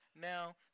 now